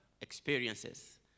experiences